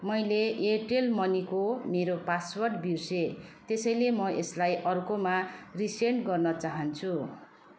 मैले एयरटेल मनीको मेरो पासवर्ड बिर्सेँ त्यसैले म यसलाई अर्कोमा रिसेट गर्न चाहन्छु